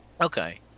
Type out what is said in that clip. Okay